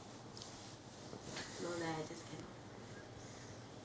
no leh I just cannot